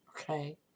Okay